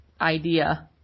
idea